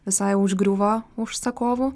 visai užgriuvo užsakovų